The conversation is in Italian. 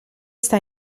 sta